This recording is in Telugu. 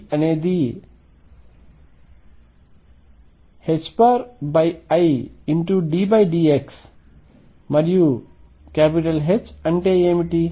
p అనేది iddx మరియు H అంటే ఏమిటి